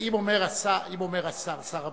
אם אומר השר, שר הבריאות,